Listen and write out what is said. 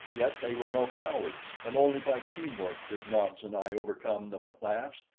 yet they were no cowards, and only by teamwork did nobs and i overcome them at last.